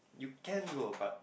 you can go but